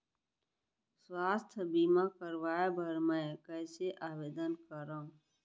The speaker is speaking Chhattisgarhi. स्वास्थ्य बीमा करवाय बर मैं कइसे आवेदन करव?